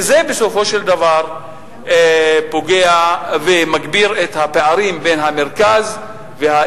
ובסופו של דבר זה פוגע ומגביר את הפערים בין המרכז ובין